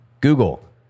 Google